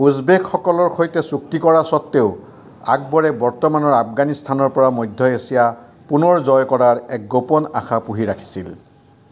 উজবেকসকলৰ সৈতে চুক্তি কৰা স্বত্বেও আকবৰে বৰ্তমানৰ আফগানিস্থানৰ পৰা মধ্য এছিয়া পুনৰ জয় কৰাৰ এক গোপন আশা পুহি ৰাখিছিল